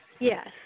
Yes